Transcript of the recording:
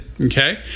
Okay